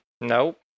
Nope